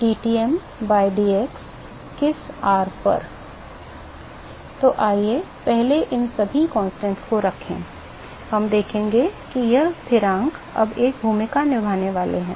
dTm by dx किस r स्थान पर तो आइए पहले इन सभी स्थिरांकों को रखें हम देखेंगे कि यह स्थिरांक अब एक भूमिका निभाने वाला है